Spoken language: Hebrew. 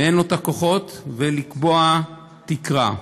שאין לו כוחות, ולקבוע תקרה.